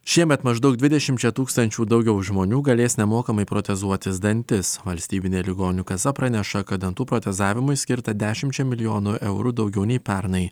šiemet maždaug dvidešimčia tūkstančių daugiau žmonių galės nemokamai protezuoti dantis valstybinė ligonių kasa praneša kad dantų protezavimui skirtą dešimčia milijonų eurų daugiau nei pernai